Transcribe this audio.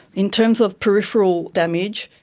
in terms of peripheral damage,